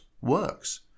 works